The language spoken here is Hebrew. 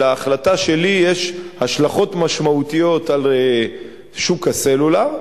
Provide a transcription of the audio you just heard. שלהחלטה שלי יש השלכות משמעותיות על שוק הסלולר,